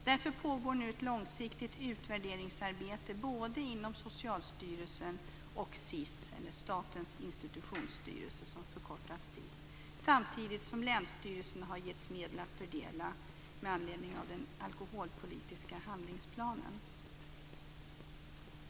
Därför pågår nu ett långsiktigt utvärderingsarbete både inom Socialstyrelsen och inom SIS, Statens institutionsstyrelse, samtidigt som länsstyrelserna getts medel att fördela med anledning av den alkoholpolitiska handlingsplanen.